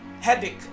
headache